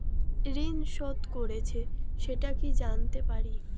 ঋণ শোধ করেছে সেটা কি জানতে পারি?